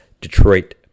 Detroit